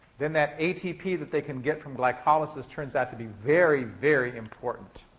then that atp that they can get from glycolysis turns out to be very, very important.